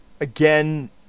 again